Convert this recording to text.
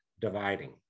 dividing